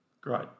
Great